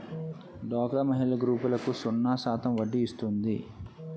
డోక్రా మహిళల గ్రూపులకు సున్నా శాతం వడ్డీ ఇస్తుంది